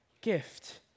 gift